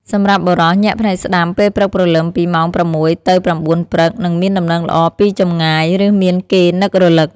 សម្រាប់ បុរស ញាក់ភ្នែកស្តាំពេលព្រឹកព្រលឹម ពីម៉ោង ៦ ទៅ ៩ ព្រឹក នឹងមានដំណឹងល្អពីចម្ងាយ ឬមានគេនឹករឭក។